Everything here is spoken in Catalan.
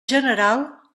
general